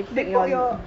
they poke your